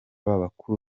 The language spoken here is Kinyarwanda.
b’abakuru